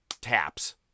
Taps